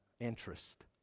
interest